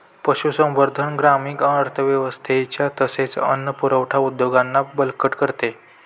पशुसंवर्धन ग्रामीण अर्थव्यवस्थेच्या तसेच अन्न पुरवठा उद्योगांना बळकट करते